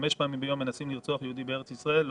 חמש פעמים ביום מנסים לרצוח יהודי בארץ ישראל?